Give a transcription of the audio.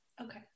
Okay